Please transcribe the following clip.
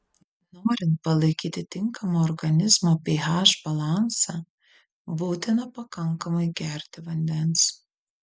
norint palaikyti tinkamą organizmo ph balansą būtina pakankamai gerti vandens